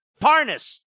Parnas